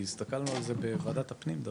כי הסתכלנו על זה בוועדת הפנים דווקא.